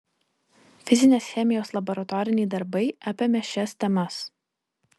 fizinės chemijos laboratoriniai darbai apėmė šias temas